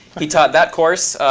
he taught that course,